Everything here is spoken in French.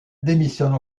démissionne